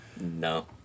No